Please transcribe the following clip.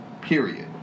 Period